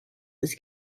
was